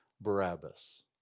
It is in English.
Barabbas